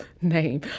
name